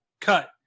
cut